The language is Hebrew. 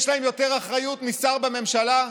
יש להם יותר אחריות משר בממשלה?